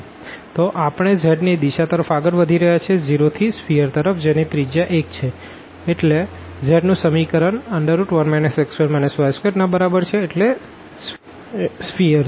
તો આપણે z ની દિશા તરફ આગળ વધી રહ્યા છે 0 થી સ્ફીઅર તરફ જેની રેડીઅસ 1 છેએટલે z નું ઇક્વેશન 1 x2 y2 ના બરાબર છે એટલે સ્ફીઅર છે